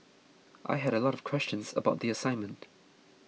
I had a lot of questions about the assignment